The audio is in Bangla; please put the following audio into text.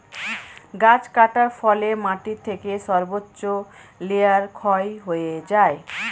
গাছ কাটার ফলে মাটি থেকে সর্বোচ্চ লেয়ার ক্ষয় হয়ে যায়